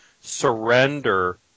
surrender